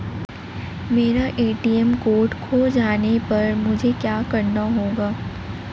मेरा ATM card खो जाने पर मुझे क्या करना होगा?